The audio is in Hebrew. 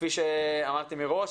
כפי שאמרתי מראש,